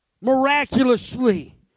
miraculously